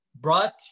brought